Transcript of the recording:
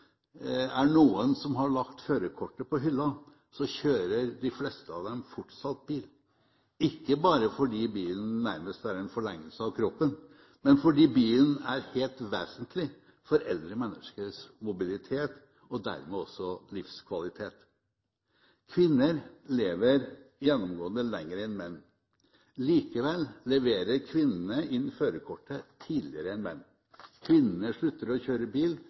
er noen som har lagt førerkortet på hylla, kjører de fleste av dem fortsatt bil – ikke bare fordi bilen nærmest er en forlengelse av kroppen, men fordi bilen er helt vesentlig for eldre menneskers mobilitet og dermed også livskvalitet. Kvinner lever gjennomgående lenger enn menn. Likevel leverer kvinnene inn førerkortet tidligere enn menn. Kvinnene slutter å kjøre bil